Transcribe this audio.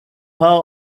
her